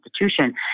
institution